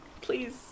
please